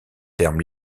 terme